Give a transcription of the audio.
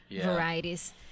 varieties